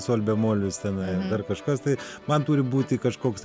sol bemolis tenai ar kažkas tai man turi būti kažkoks